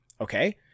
Okay